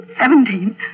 seventeen